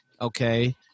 okay